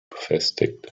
befestigt